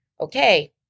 okay